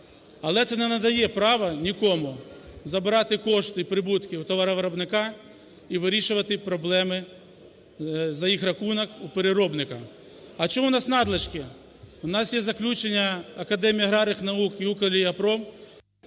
Але це не надає права нікому забирати кошти, прибутки у товаровиробника і вирішувати проблеми за їх рахунок у переробника. А чому у нас надлишки? У нас є заключення Академії аграрних наук і "Укроліяпром"…